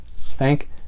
Thank